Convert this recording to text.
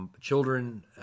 children